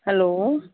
hello